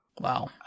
Wow